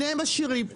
שניהם עשירים,